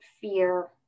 fear